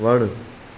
वणु